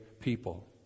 people